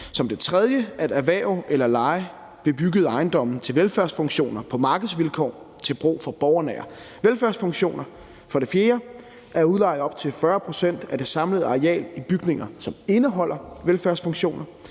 at erhverve eller leje bebyggede ejendomme til velfærdsfunktioner på markedsvilkår til brug for borgernære velfærdsfunktioner, 4) at udleje op til 40 pct. af det samlede areal i bygninger, som indeholder velfærdsfunktioner